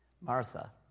Martha